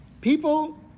people